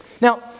Now